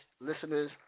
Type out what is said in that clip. listeners